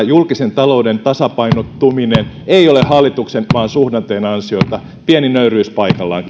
julkisen talouden tasapainottuminen ei ole hallituksen vaan suhdanteen ansiota pieni nöyryys paikallaan